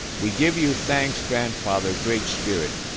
we give you thanks, grandfather, great spirit.